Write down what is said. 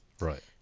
Right